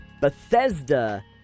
Bethesda